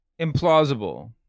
implausible